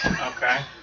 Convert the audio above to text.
Okay